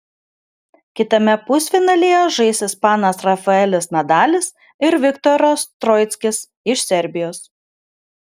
kitame pusfinalyje žais ispanas rafaelis nadalis ir viktoras troickis iš serbijos